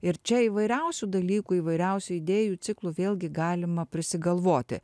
ir čia įvairiausių dalykų įvairiausių idėjų ciklų vėlgi galima prisigalvoti